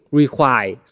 require